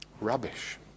rubbish